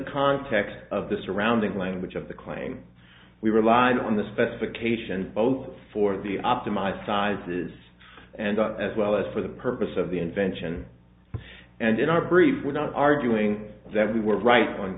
context of the surrounding language of the claim we relied on the specifications both for the optimized sizes and as well as for the purpose of the invention and in our brief without arguing that we were right